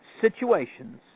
situations